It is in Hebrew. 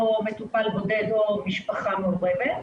או מטופל בודד או משפחה מעורבת,